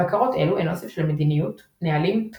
בקרות אלו הן אוסף של מדיניות,